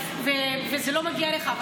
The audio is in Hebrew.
וזה לא מגיע אליך.